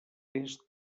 est